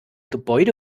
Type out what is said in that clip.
gebäude